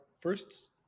first